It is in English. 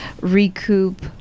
recoup